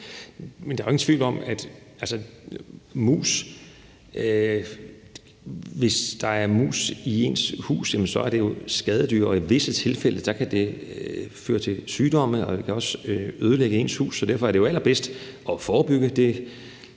Der er ingen tvivl om, at hvis der er mus i ens hus, er der tale om skadedyr, og i visse tilfælde kan det føre til sygdomme, og det kan også ødelægge ens hus. Så derfor er det jo allerbedst at forebygge – det